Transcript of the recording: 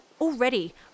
Already